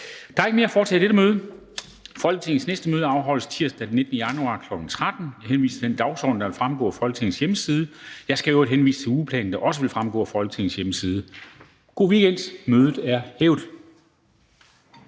Der er ikke mere at foretage i dette møde. Folketingets næste møde afholdes tirsdag, den 19. januar 2021, kl. 13.00. Jeg henviser til den dagsorden, der vil fremgå af Folketingets hjemmeside. Jeg skal i øvrigt henvise til ugeplanen, der også vil fremgå af Folketingets hjemmeside. God weekend! Mødet er hævet.